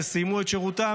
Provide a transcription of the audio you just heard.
שסיימו את שירותם,